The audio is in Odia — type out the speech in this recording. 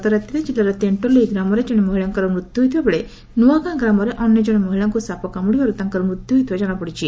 ଗତରାତିରେ ଜିଲ୍ଲାର ତେକ୍କୋଲୋଇ ଗ୍ରାମରେ ଜଣେ ମହିଳାଙ୍କର ମୃତ୍ୟୁ ହୋଇଥିବା ବେଳେ ନୂଆଗାଁ ଗ୍ରାମରେ ଅନ୍ୟ ଜଣେ ମହିଳାଙ୍କୁ ସାପ କାମୁଡ଼ିବାରୁ ତାଙ୍କର ମୃତ୍ୟୁ ହୋଇଥିବା ଜଣାପଡ଼ିଛି